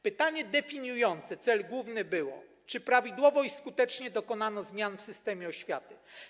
Pytanie definiujące cel główny było: Czy prawidłowo i skutecznie dokonano zmian w systemie oświaty?